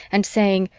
and saying,